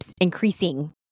increasing